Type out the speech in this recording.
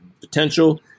potential